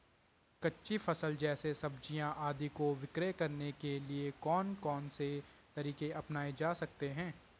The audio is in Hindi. कच्ची फसल जैसे सब्जियाँ आदि को विक्रय करने के लिये कौन से तरीके अपनायें जा सकते हैं?